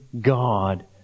God